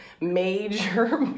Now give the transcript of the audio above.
major